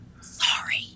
Sorry